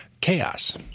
chaos